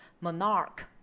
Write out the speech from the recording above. monarch